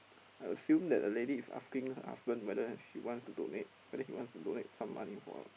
I assume that the lady is asking her husband whether she wants to donate whether he wants to donate some money for her